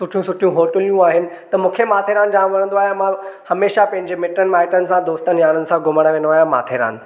सुठियूं सुठियूं होटलियुनि आहिनि त मूंखे माथेरान जाम वणंदो आहियां मां हमेशा पेंजे मिटनि माइटुनि सां दोस्तनि यारनि सां घुमणु वेंदों आहियां माथेरान